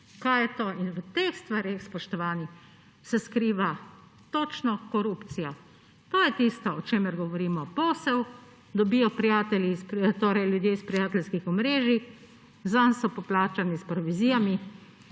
kaj je to. V teh stvareh, spoštovani, se skriva točno korupcija. To je tisto, o čemer govorimo. Posel dobijo ljudje iz prijateljskih omrežij, zanj so poplačani s provizijami,